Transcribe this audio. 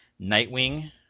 Nightwing